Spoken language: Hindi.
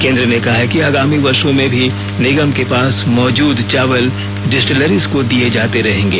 केंद्र ने कहा है कि आगामी वर्षों में भी निगम के पास मौजूद चावल डिस्टलरीज को दिए जाते रहेंगे